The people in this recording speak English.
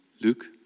Luke